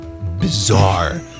bizarre